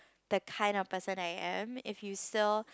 the kind of person I am if you still